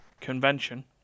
convention